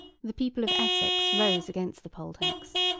the people of essex rose against the poll-tax,